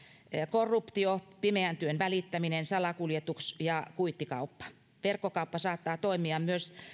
korruptiota pimeän työn välittämistä salakuljetusta ja kuittikauppaa verkkokauppa saattaa toimia myös